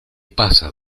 pasa